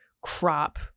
crop